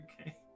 Okay